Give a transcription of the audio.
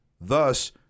Thus